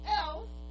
else